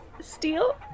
Steal